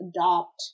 adopt